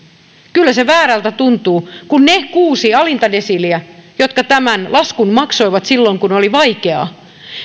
kyllä se väärältä tuntuu että ne kuusi alinta desiiliä jotka tämän laskun maksoivat silloin kun oli vaikeaa